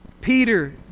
Peter